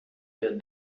der